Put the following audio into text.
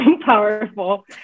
powerful